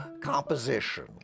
composition